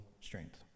strength